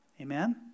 Amen